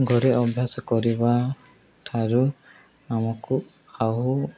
ଘରେ ଅଭ୍ୟାସ କରିବା ଠାରୁ ଆମକୁ ଆଉ